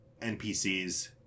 NPCs